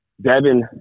Devin